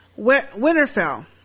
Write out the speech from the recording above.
Winterfell